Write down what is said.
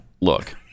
look